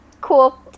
cool